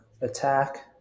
Attack